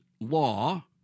law